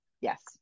yes